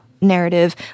narrative